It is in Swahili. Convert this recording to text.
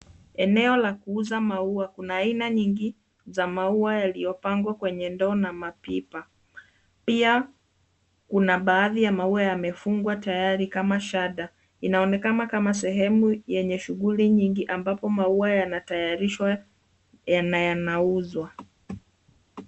Eneo la kuuza maua kuna aina nyingi za maua yaliyopangwa kwenye ndoa na mapipa pia kuna baadhi ya maua yamefungwa tayari kama shada. Inaonekana kama sehemu yenye shughuli nyingi ambapo maua yanatayarishwa na yanauzwa.